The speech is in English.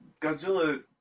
Godzilla